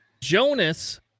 Jonas